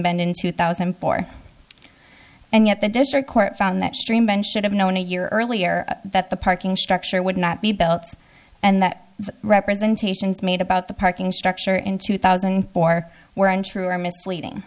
bend in two thousand and four and yet the district court found that stream ben should have known a year earlier that the parking structure would not be built and the representations made about the parking structure in two thousand and four were untrue or misleading